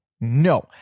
no